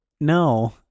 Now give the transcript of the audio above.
No